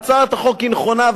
שהצעת החוק היא נכונה.